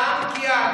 בבקשה.